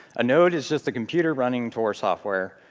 a node is just a computer running tor software,